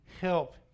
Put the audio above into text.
help